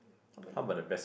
how about you